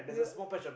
yeah